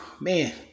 man